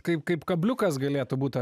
kaip kabliukas galėtų būti